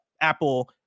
Apple